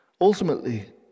ultimately